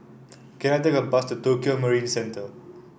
can I take a bus to Tokio Marine Centre